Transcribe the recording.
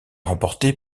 remportée